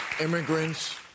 immigrants